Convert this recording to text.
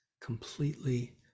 Completely